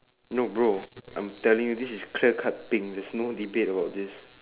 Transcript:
no bro I'm telling you this is clear cut thing there's no debate about this